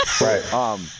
Right